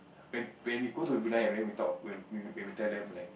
when when we go to Brunei ah then we talk when we would we would tell them like